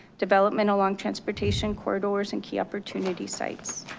development along transportation corridors and key opportunity sites.